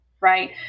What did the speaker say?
right